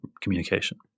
communication